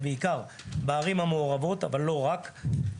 בעיקר בערים המעורבות אבל לא רק.